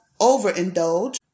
overindulge